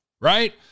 right